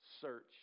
search